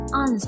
on